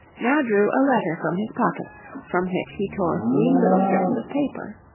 now drew a letter from his pocket from which he tore three little strips of paper.